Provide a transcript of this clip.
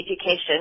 Education